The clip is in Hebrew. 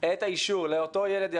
את האישור לאותו ילד/ה